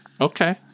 Okay